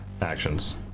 actions